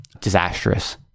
disastrous